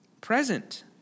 present